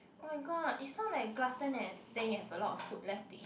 oh my god you sound like a glutton eh then you have a lot of food left to eat